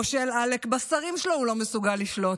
מושל עלק, בשרים שלו הוא לא מסוגל לשלוט.